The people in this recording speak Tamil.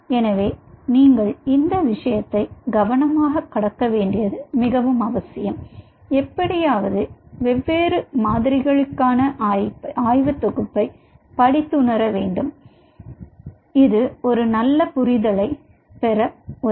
எனவே நீங்கள் இந்த விஷயத்தை கவனமாக கடக்க வேண்டியது மிகவும் அவசியம் எப்படியாவது இந்த வெவ்வேறு மாதிரிகளுக்கான ஆய்வு தொகுப்பை படித்துணர வேண்டும் இது ஒரு நல்ல புரிதலைப் பெற உதவும்